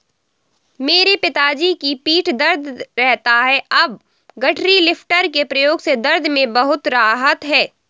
मेरे पिताजी की पीठ दर्द रहता था अब गठरी लिफ्टर के प्रयोग से दर्द में बहुत राहत हैं